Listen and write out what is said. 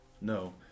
No